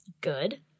good